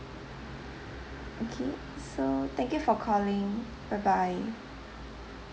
okay so thank you for calling bye bye